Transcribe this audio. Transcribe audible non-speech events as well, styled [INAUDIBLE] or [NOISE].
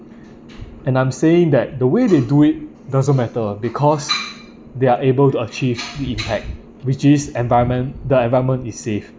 [BREATH] and I'm saying that the way they do it doesn't matter because they're able to achieve the impact which is environment the environment is safe